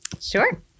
Sure